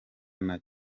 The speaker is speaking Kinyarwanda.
nacyo